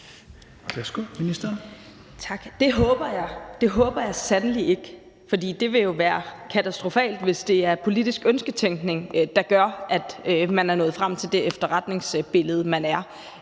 Det håber jeg sandelig ikke, for det vil jo være katastrofalt, hvis det er politisk ønsketænkning, der gør, at man er nået frem til det efterretningsbillede, man er.